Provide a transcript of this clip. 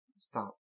stop